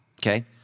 okay